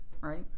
right